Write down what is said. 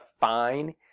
fine